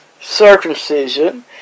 circumcision